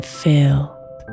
filled